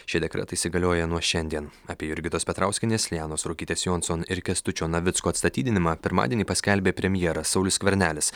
šie dekretai įsigalioja nuo šiandien apie jurgitos petrauskienės lianos ruokytės jonson ir kęstučio navicko atstatydinimą pirmadienį paskelbė premjeras saulius skvernelis